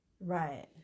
Right